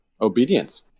obedience